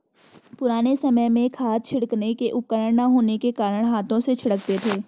पुराने समय में खाद छिड़कने के उपकरण ना होने के कारण हाथों से छिड़कते थे